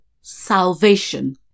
salvation